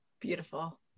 Beautiful